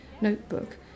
notebook